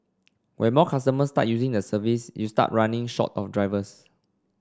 when more customers start using the service you start running short of drivers